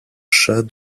chat